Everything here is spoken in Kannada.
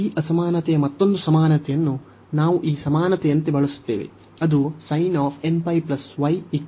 ಈ ಅಸಮಾನತೆಯ ಮತ್ತೊಂದು ಸಮಾನತೆಯನ್ನು ನಾವು ಈ ಸಮಾನತೆಯಂತೆ ಬಳಸುತ್ತೇವೆ ಅದು